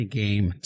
game